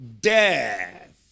Death